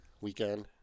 weekend